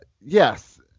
Yes